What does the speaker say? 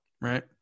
right